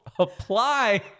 Apply